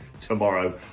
tomorrow